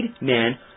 man